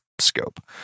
scope